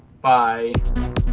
Bye